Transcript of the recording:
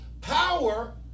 Power